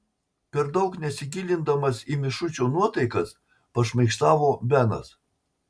per daug nesigilindamas į mišučio nuotaikas pašmaikštavo benas